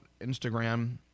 Instagram